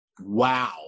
wow